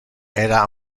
era